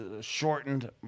shortened